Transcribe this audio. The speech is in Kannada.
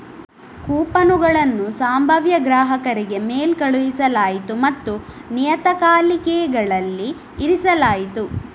ಕೂಪನುಗಳನ್ನು ಸಂಭಾವ್ಯ ಗ್ರಾಹಕರಿಗೆ ಮೇಲ್ ಕಳುಹಿಸಲಾಯಿತು ಮತ್ತು ನಿಯತಕಾಲಿಕೆಗಳಲ್ಲಿ ಇರಿಸಲಾಯಿತು